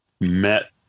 met